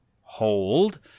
hold